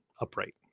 upright